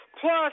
Plus